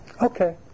okay